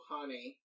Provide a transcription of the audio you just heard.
Honey